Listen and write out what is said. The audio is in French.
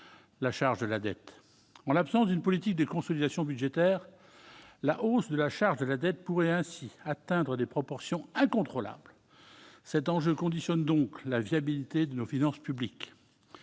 la charge de la dette. En l'absence d'une politique de consolidation budgétaire, la hausse de la charge de la dette pourrait ainsi atteindre des proportions incontrôlables. Cet enjeu conditionne donc la viabilité de nos finances publiques.